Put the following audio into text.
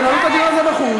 תנהלו את הדיון הזה בחוץ.